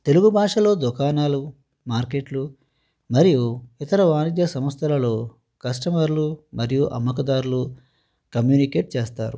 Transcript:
తెలుగు భాషలో దుకాణాలు మార్కెట్లు మరియు ఇతర వాణిజ్య సంస్థలలో కస్టమర్లు మరియు అమ్మకందారులు కమ్యూనికేట్ చేస్తారు